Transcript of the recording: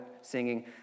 singing